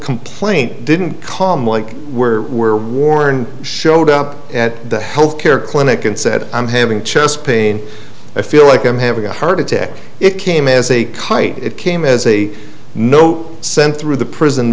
complaint didn't come like were were worn showed up at the health care clinic and said i'm having chest pain i feel like i'm having a heart attack it came as a kite it came as a note sent through the or is